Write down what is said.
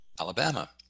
Alabama